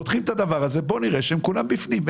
פותחים את הדבר הזה, בוא נראה שכולם בפנים.